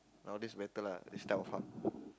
nowadays better lah these type of hub